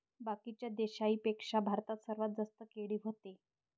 बाकीच्या देशाइंपेक्षा भारतात सर्वात जास्त केळी व्हते